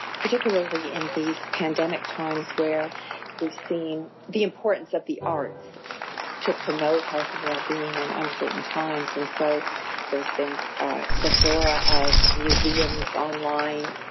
particularly in these pandemic times where we've seen the importance of the arts to promote health and wellbeing in uncertain times. and so there's been a plethora of museums online,